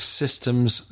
systems